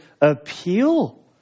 appeal